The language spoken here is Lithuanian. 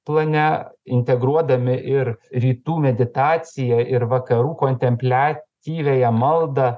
plane integruodami ir rytų meditaciją ir vakarų kontempliatyviąją maldą